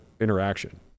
interaction